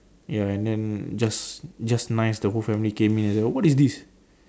ya and then just just nice the whole family came in and say what is this